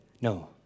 no